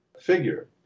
figure